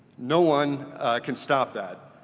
no one can stop that.